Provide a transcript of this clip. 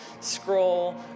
scroll